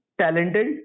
talented